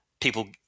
people